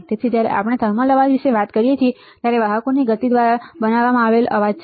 તેથી જ્યારે આપણે થર્મલ અવાજ વિશે વાત કરીએ છીએ ત્યારે તે વાહકોની ગતિ દ્વારા બનાવવામાં આવેલ અવાજ છે